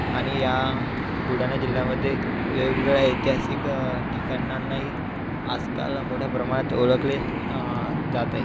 आणि या बुलढाणा जिल्ह्यामध्ये वेगवेगळ्या ऐतिहासिक ठिकाणांनाही आजकाल मोठ्या प्रमाणात ओळखले जातं आहे